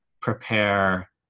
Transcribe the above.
prepare